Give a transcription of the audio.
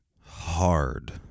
hard